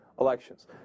elections